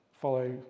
follow